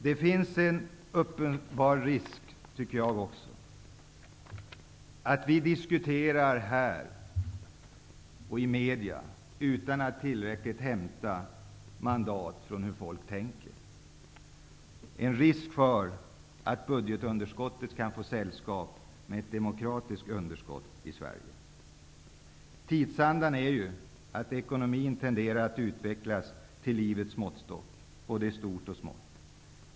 Det finns en uppenbar risk för att vi politiker diskuterar i riksdagen och i medierna utan att tillräckligt veta hur folk tänker. Det finns risk för att budgetunderskottet kan få sällskap med ett demokratiskt underskott i Sverige. Tidsandan är sådan, att ekonomin tenderar att utvecklas till livets måttstock -- både i stort och smått.